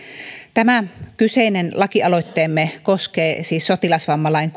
tämä kyseinen lakialoitteemme koskee siis sotilasvammalain